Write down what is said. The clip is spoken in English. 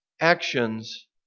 actions